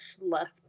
left